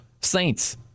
saints